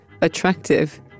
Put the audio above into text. attractive